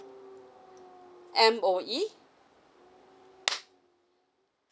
M_O_E